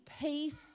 peace